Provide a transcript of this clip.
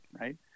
right